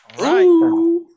Right